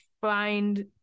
find